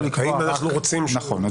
נכון.